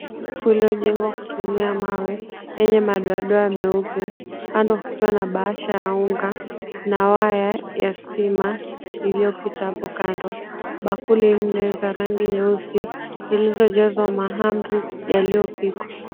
...lilijengwa kutumia mawe yenye madoadoa meupe kando kukiwa na bahasha ya unga na waya ya stima iliyopita hapo kando. Bakuli linaweza rangi nyeusi lililo jazwa mahamri yaliyopikwa.